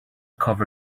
cover